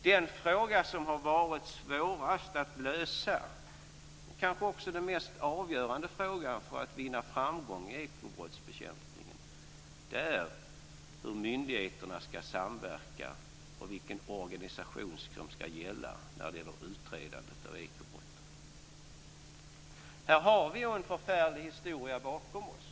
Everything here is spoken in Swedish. Den fråga som har varit svårast att lösa - kanske också den mest avgörande frågan för att vinna framgång i ekobrottsbekämpningen - är hur myndigheterna skall samverka och vilken organisation som skall gälla vid utredande av ekobrotten. Här har vi en förfärlig historia bakom oss.